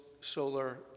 solar